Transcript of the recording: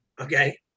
Okay